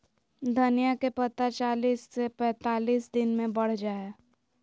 धनिया के पत्ता चालीस से पैंतालीस दिन मे बढ़ जा हय